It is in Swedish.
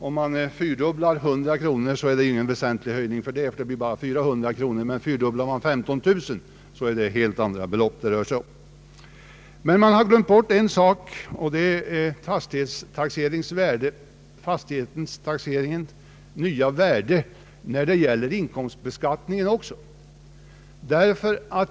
Om man fyrdubblar 400 kronor så blir det ju ändå inte en så stor summa, men fyrdubblar man 15 000 kronor blir det en avsevärd summa pengar. En sak är bortglömd, nämligen fastighetens nya värde efter taxeringen när det gäller inkomstbeskattningen.